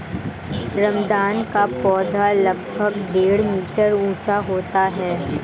रामदाना का पौधा लगभग डेढ़ मीटर ऊंचा होता है